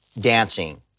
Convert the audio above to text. dancing